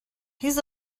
his